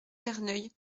verneuil